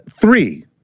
three